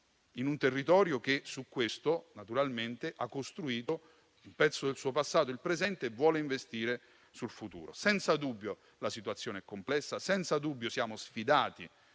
in un territorio che su questo ha costruito un pezzo del suo passato, il presente e vuole investire sul futuro. Senza dubbio la situazione è complessa. Senza dubbio siamo sfidati